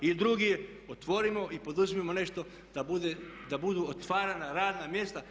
I drugi je otvorimo i poduzmimo nešto da budu otvarana radna mjesta.